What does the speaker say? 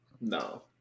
No